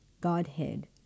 Godhead